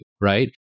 right